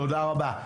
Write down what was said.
תודה רבה.